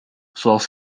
zoals